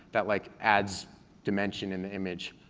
that like adds dimension in the image.